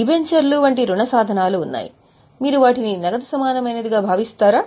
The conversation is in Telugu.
డిబెంచర్లు వంటి రుణ సాధనాలు ఉన్నాయి మీరు వాటిని నగదు సమానమైనదిగా భావిస్తారా